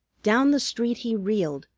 down the street he reeled,